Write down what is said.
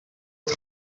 het